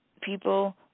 people